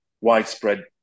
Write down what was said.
widespread